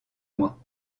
moi